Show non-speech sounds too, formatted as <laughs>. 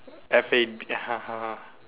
F A <laughs>